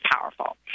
powerful